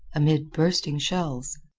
amid bursting shells.